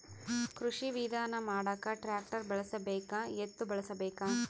ಕೃಷಿ ವಿಧಾನ ಮಾಡಾಕ ಟ್ಟ್ರ್ಯಾಕ್ಟರ್ ಬಳಸಬೇಕ, ಎತ್ತು ಬಳಸಬೇಕ?